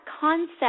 concept